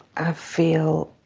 i feel